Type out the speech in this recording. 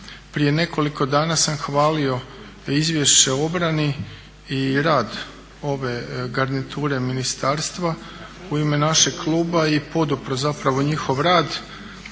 prije nekoliko dana sam hvalio izvješće o obrani i rad ove garniture ministarstva u ime našeg kluba i podupro zapravo njihov rad.